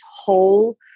whole